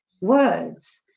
words